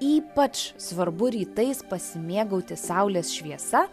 ypač svarbu rytais pasimėgauti saulės šviesa